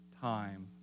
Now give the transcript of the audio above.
time